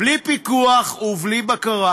בלי פיקוח ובלי בקרה.